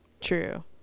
True